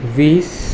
वीस